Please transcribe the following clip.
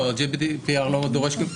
GDPR לא דורש?